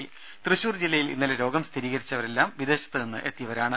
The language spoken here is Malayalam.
രുര തൃശൂർ ജില്ലയിൽ ഇന്നലെ രോഗം സ്ഥിരീകരിച്ചവരെല്ലാം വിദേശത്തുനിന്ന് എത്തിയവരാണ്